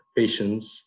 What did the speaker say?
patients